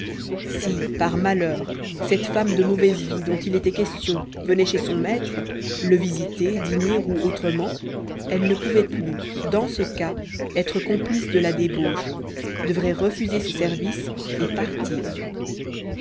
si par malheur cette femme de mauvaise vie dont il était question venait chez son maître le visiter dîner ou autrement elle ne pouvait plus dans ce cas être complice de la débauche devrait refuser ses services et partir